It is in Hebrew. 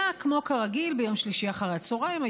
היה כמו כרגיל ביום שלישי אחר הצוהריים.